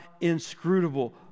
inscrutable